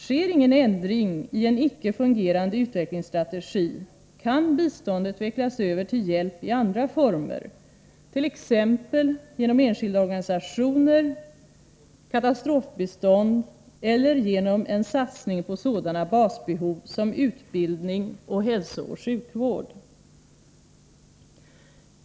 Sker ingen ändring i en icke fungerande utvecklingsstrategi kan biståndet växlas över till hjälp i andra former, t.ex. genom enskilda organisationer, katastrofbistånd eller genom en satsning på sådana basbehov som utbildning och hälsooch sjukvård.